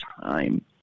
time